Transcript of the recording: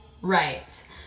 right